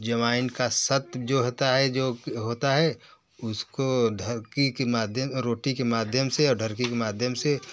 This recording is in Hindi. जमाईन का सत जो होता है जो होता है उसको धक् की की माध्य रोटी के माध्यम से और ढरकी की माध्यम से